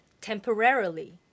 temporarily